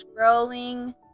scrolling